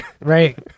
Right